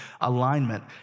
alignment